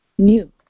New